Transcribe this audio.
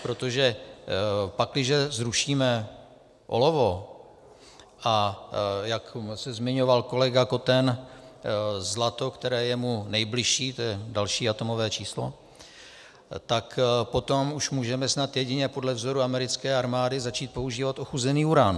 Protože pakliže zrušíme olovo a jak se zmiňoval kolega Koten, zlato, které je mu nejbližší, to je další atomové číslo tak potom už můžeme snad jedině podle vzoru americké armády začít používat ochuzený uran.